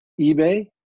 eBay